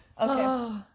Okay